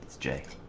jagged